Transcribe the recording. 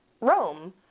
Rome